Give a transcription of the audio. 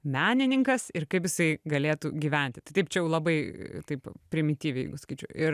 menininkas ir kaip jisai galėtų gyventi tai taip čia jau labai taip primityviai sakyčiau ir